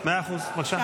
בבקשה.